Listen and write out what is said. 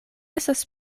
estas